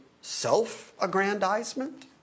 self-aggrandizement